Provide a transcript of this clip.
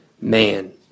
man